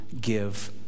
give